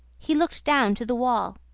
he looked down to the wall.